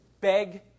beg